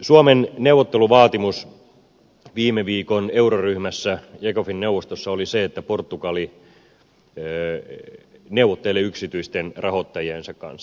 suomen neuvotteluvaatimus viime viikon euroryhmässä ecofin neuvostossa oli se että portugali neuvottelee yksityisten rahoittajiensa kanssa